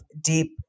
deep